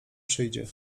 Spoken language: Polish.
przyjdzie